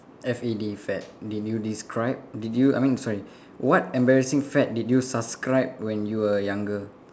F A D fad did you describe did you I mean sorry what embarrassing fad did you subscribe when you were younger